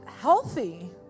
healthy